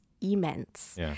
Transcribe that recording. immense